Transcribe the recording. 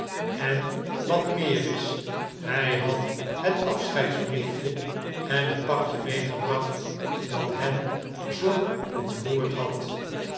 en wat meer is hij had het afscheidsbriefje en het pakje meegebracht dat hen zoo ontroerd had